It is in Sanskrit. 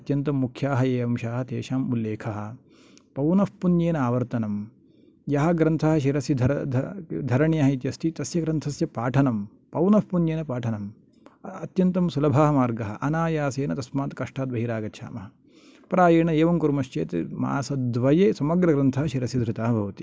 अत्यन्तं मुख्याः ये अंशाः तेषाम् उल्लेखः पौनःपुन्येन आवर्तनं यः ग्रन्थः शिरसि धरणीयः इति अस्ति तस्य ग्रन्थस्य पाठनं पौनःपुन्येन पाठनम् अत्यन्तं सुलभः मार्गः अनायासेन तस्मात् कष्टात् बहिरागच्छामः प्रायेण एवं कुर्मश्चेत् मासद्वये समग्रग्रन्थः शिरसि धृतः भवति